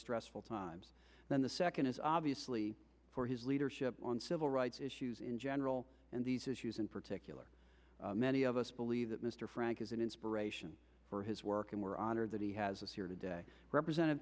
stressful times then the second is obviously for his leadership on civil rights issues in general and these issues in particular many of us believe that mr frank is an inspiration for his work and we're honored that he has us here today represented